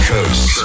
Coast